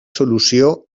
solució